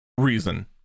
reason